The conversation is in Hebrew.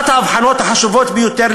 אחת ההבחנות החשובות ביותר,